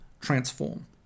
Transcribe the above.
transform